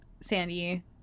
Sandy